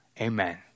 Amen